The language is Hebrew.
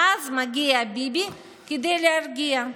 ואז מגיע ביבי כדי להרגיע,